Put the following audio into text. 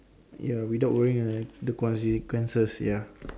ya without worrying like the consequences ya